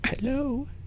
Hello